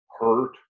hurt